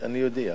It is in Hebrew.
אני אודיע.